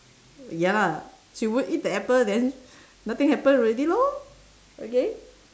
ya lah she won't eat the apple then nothing happen already lor okay